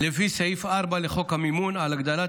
לפי סעיף 4א לחוק המימון על הגדלת